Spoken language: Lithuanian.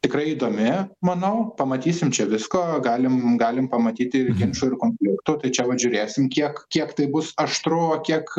tikrai įdomi manau pamatysim čia visko galim galim pamatyti ir ginčų ir konfliktų tai čia vat žiūrėsim kiek kiek tai bus aštru o kiek